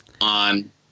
on